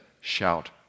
shout